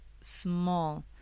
small